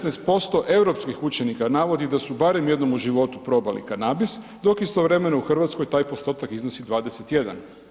16% europskih učenika navodi da su barem jednom u životu probali kanabis dok istovremeno u Hrvatskoj taj postotak iznosi 21.